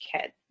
kid